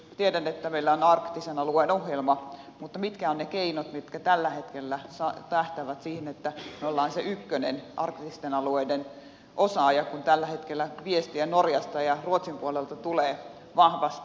tiedän että meillä on arktisen alueen ohjelma mutta mitkä ovat ne keinot mitkä tällä hetkellä tähtäävät siihen että me olemme se arktisten alueiden osaaja numero ykkönen kun tällä hetkellä viestiä norjasta ja ruotsin puolelta tulee vahvasti